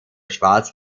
schwarz